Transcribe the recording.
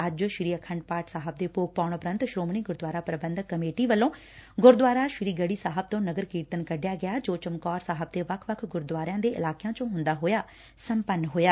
ਅੱਜ ਸ੍ਰੀ ਅਖੰਡ ਪਾਠ ਸਾਹਿਬ ਦੇ ਭੋਗ ਪਾਉਣ ਉਪਰੰਤ ਸ੍ਰੋਮਣੀ ਗੁਰਦੁਆਰਾ ਪ੍ਰਬੰਧਕ ਕਮੇਟੀ ਵੱਲੋਂ ਗੁਰਦੁਆਰਾ ਸ੍ਰੀ ਗੜੀ ਸਾਹਿਬ ਤੋ ਨਗਰ ਕੀਰਤਨ ਕੱਢਿਆ ਗਿਆ ਜੋ ਚਮਕੌਰ ਸਾਹਿਬ ਦੇ ਵੱਖ ਵੱਖ ਗੁਰਦੁਆਰਿਆਂ ਦੇ ਇਲਾਕਿਆਂ ਚੋ ਹੰਦਾ ਹੋਇਆ ਸੰਪੰਨ ਹੋਇਆ